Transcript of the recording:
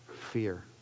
fear